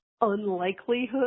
unlikelihood